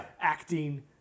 acting